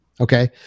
Okay